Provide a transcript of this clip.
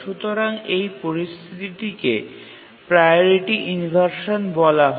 সুতরাং এই পরিস্থিতিটিকে প্রাওরিটি ইনভারসান বলা হয়